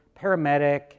paramedic